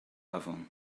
afon